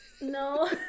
No